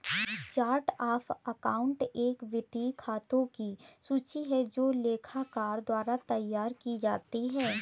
chart of account एक वित्तीय खातों की सूची है जो लेखाकार द्वारा तैयार की जाती है